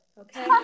okay